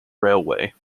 railway